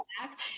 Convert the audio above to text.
back